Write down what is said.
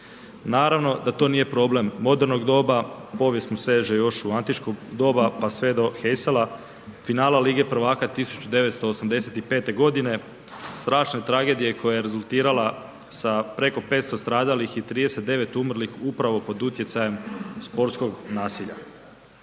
Naravno da to nije problem modernog doba, povijest mu seže još u antičko doba pa sve do Heysela, finale Lige prvaka 1985. godine strašne tragedije koja je rezultirala sa preko 500 stradalih i 39 umrlih upravo pod utjecajem sportskog nasilja.